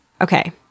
okay